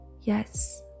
yes